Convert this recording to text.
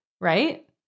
right